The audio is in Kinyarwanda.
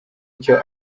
icyo